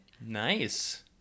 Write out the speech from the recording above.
Nice